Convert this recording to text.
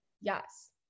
Yes